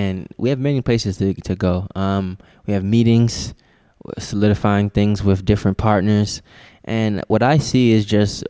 and we have many places to go we have meetings solidifying things with different partners and what i see is just